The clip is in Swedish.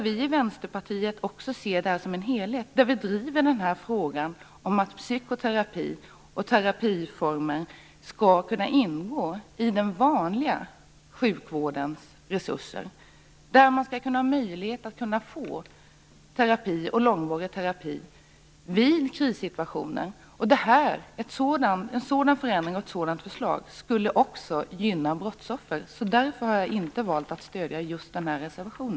Vi i Vänsterpartiet ser dock det här som en helhet. Vi driver frågan att psykoterapi och andra terapiformer skall kunna ingå i den vanliga sjukvårdens resurser. Man skall kunna få terapi, också långvarig terapi, vid krissituationer. En sådan förändring och ett sådant förslag skulle också gynna brottsoffer. Därför har jag valt att inte stödja just denna reservation.